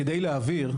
כדי להעביר,